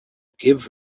give